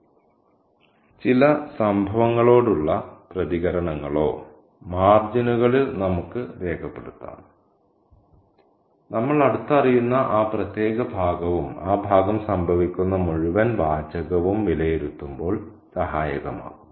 ചില സംഭവങ്ങളോടുള്ള ചില പ്രതികരണങ്ങളോ ചില അഭിപ്രായങ്ങളോടുള്ള പ്രതികരണങ്ങളോ മാർജിനുകളിൽ നമുക്ക് രേഖപ്പെടുത്താം നമ്മൾ അടുത്തറിയുന്ന ആ പ്രത്യേക ഭാഗവും ആ ഭാഗം സംഭവിക്കുന്ന മുഴുവൻ വാചകവും വിലയിരുത്തുമ്പോൾ സഹായകരമാകും